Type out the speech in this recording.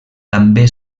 també